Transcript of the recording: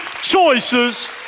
choices